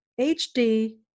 HD